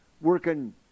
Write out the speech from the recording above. working